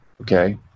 okay